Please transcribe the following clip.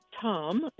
Tom